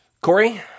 Corey